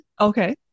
Okay